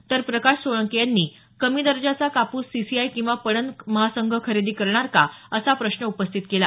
तर प्रकाश सोळंके यांनी कमी दर्जाचा कापूस सीसीआय किंवा पणन महासंघ खरेदी करणार का असा प्रश्न उपस्थित केला